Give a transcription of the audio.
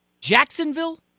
Jacksonville